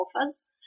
offers